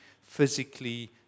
physically